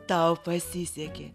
tau pasisekė